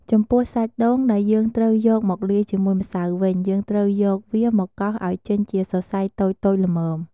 ចំពោះសាច់ដូងដែលយើងត្រូវយកមកលាយជាមួយម្សៅវិញ យើងត្រូវយកវាមកកោសឱ្យចេញជាសរសៃតូចៗល្មម។